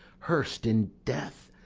hearsed in death,